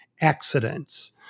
accidents